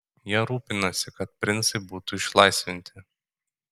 jie rūpinasi kad princai būtų išlaisvinti